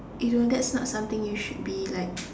you know that's not something you should be like